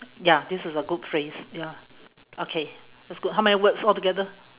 ya this is a good phrase ya okay that's good how many words altogether